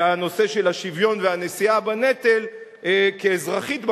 והנושא של השוויון והנשיאה בנטל, כאזרחית במדינה,